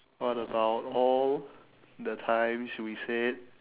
what about all the times we said